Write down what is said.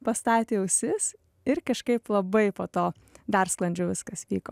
pastatė ausis ir kažkaip labai po to dar sklandžiau viskas vyko